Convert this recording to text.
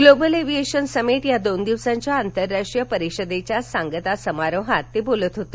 global aviation summit या दोन दिवसांच्या आंतरराष्ट्रीय परिषदेच्या सांगता समारोहात ते बोलत होते